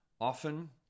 Often